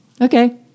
Okay